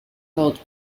called